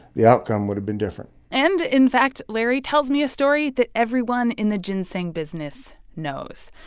the outcome would have been different and, in fact, larry tells me a story that everyone in the ginseng business knows.